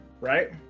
right